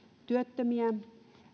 työttömiä